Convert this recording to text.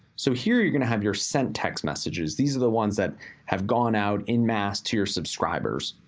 so here you're gonna have your sent text messages. these are the ones that have gone out in mass to your subscribers.